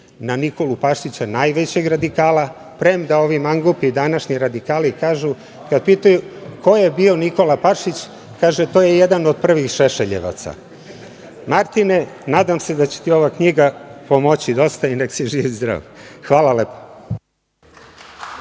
na Nikolu Pašića, najvećeg radikala, premda ovi mangupi današnji radikali kažu kada pitaju - ko je bio Nikola Pašić, kažu – to je jedan od prvih Šešeljevaca. Martine, nadam se da će ti ova knjiga pomoći dosta i neka si živ i zdrav. Hvala lepo.